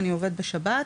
אני עובד בשבת,